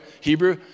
Hebrew